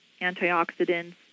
antioxidants